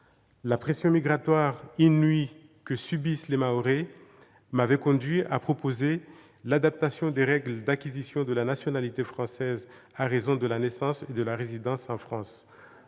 La pression migratoire inouïe que subissent les Mahorais m'a conduit à proposer l'adaptation des règles d'acquisition de la nationalité française à raison de la naissance et de la résidence en France.